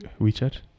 WeChat